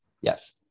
yes